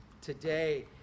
today